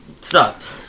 sucked